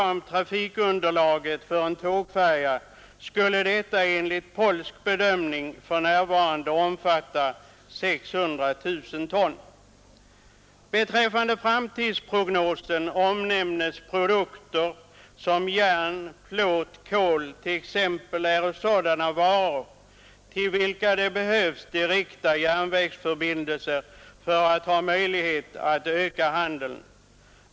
Trafikunderlaget för en tågfärja skulle enligt polsk bedömning för närvarande omfatta 600 000 ton. Beträffande framtidsprognosen omnämnes att produkter som t.ex. järn, plåt och kol är varor till vilka det behövs direkta järnvägsförbindelser för att ha möjlighet att öka handeln.